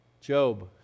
Job